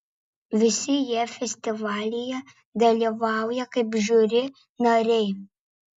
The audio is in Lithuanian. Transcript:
visi jie festivalyje dalyvauja kaip žiuri nariai